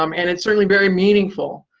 um and it's certainly very meaningful.